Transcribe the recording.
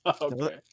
okay